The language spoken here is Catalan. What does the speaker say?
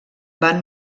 van